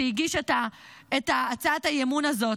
שהגיש את הצעת האי-אמון הזאת,